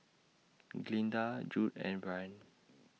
Glynda Judd and Brynn